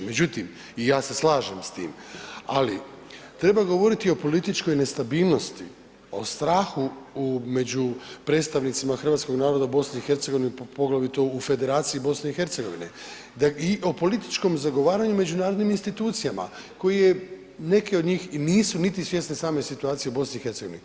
Međutim i ja se slažem s tim, ali treba govoriti o političkoj nestabilnosti o strahu među predstavnicima hrvatskog naroda u BiH poglavito u Federaciji BiH i o političkom zagovaranju međunarodnim institucijama koji je neki od njih nisu niti svjesne same situacije u BiH.